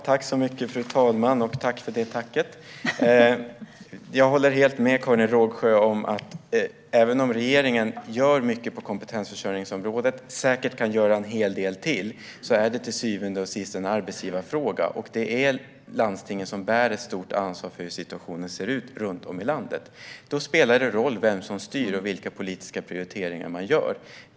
Fru talman! Tack för det tacket, Karin Rågsjö! Jag håller helt med om att även om regeringen gör mycket på kompetensförsörjningsområdet och säkert kan göra en hel del till är det till syvende och sist en arbetsgivarfråga. Landstingen bär ett stort ansvar för hur situationen ser ut runt om i landet. Då spelar det roll vem som styr och vilka politiska prioriteringar man gör.